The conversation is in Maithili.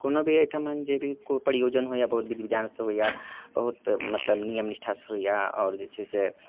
कोनो भी अहिठामन जे भी कोइ प्रयोजन होइ भी बहुत विधि विधानसँ होइए बहुत मतलब नियम निष्ठासँ होइए आओर जे छै से